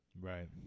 Right